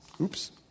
Oops